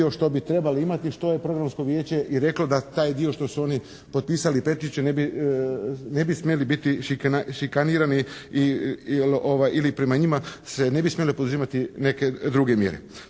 što bi trebali imati što je programsko vijeće i reklo da taj dio što su oni potpisali peticiju ne bi smjeli biti šikanirani ili prema njima se ne bi smjele poduzimati neke druge mjere.